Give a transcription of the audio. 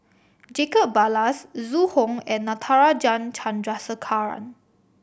Jacob Ballas Zhu Hong and Natarajan Chandrasekaran